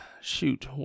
Shoot